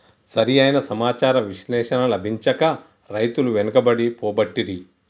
సరి అయిన సమాచార విశ్లేషణ లభించక రైతులు వెనుకబడి పోబట్టిరి